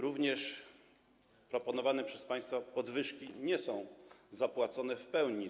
Również proponowane przez państwa podwyżki nie są zapłacone w pełni.